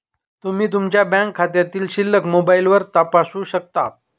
तुम्ही तुमच्या बँक खात्यातील शिल्लक मोबाईलवर तपासू शकता